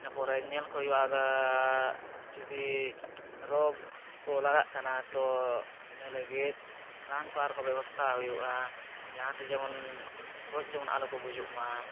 ᱤᱱᱟᱹ ᱯᱚᱨᱮ ᱧᱮᱞ ᱠᱚ ᱦᱩᱭᱩᱜᱼᱟ ᱟᱵᱟᱨ ᱡᱩᱫᱤ ᱨᱳᱜᱽ ᱠᱚ ᱞᱟᱜᱟᱜ ᱠᱟᱱᱟ ᱛᱚ ᱤᱱᱟᱹ ᱞᱟᱹᱜᱤᱫ ᱨᱟᱱ ᱠᱚ ᱟᱨ ᱠᱚ ᱵᱮᱵᱚᱥᱛᱷᱟ ᱦᱩᱭᱩᱜᱼᱟ ᱡᱟᱦᱟᱸ ᱛᱮ ᱡᱮᱢᱚᱱ ᱜᱚᱡ ᱟᱞᱚ ᱠᱚ ᱜᱩᱡᱩᱜ ᱢᱟ